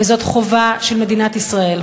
וזאת חובה של מדינת ישראל,